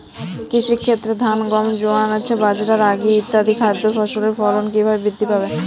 কৃষির ক্ষেত্রে ধান গম জোয়ার বাজরা রাগি ইত্যাদি খাদ্য ফসলের ফলন কীভাবে বৃদ্ধি পাবে?